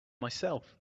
myself